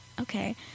okay